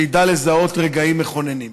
שידע לזהות רגעים מכוננים.